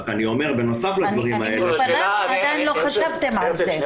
אני אומר שבנוסף לדברים האלה -- אני מתפלאת איך לא חשבתם על זה.